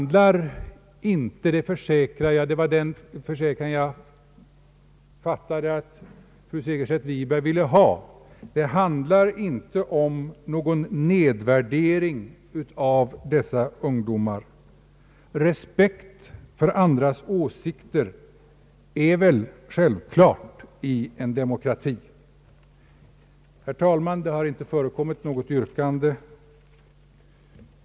Det är — det var den försäkran jag fattade att fru Seger stedt Wiberg ville ha — icke fråga om någon nedvärdering av dessa ungdomar. Respekt för andras åsikter är väl självklar i en demokrati. Herr talman! Det har inte förekommit något yrkande.